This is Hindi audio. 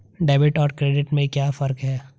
डेबिट और क्रेडिट में क्या फर्क है?